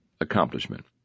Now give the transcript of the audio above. accomplishment